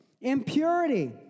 Impurity